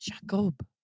Jacob